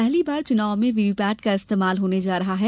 पहली बार चुनाव में वीवीपैट का ईस्तेमाल होने जा रहा है